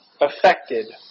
affected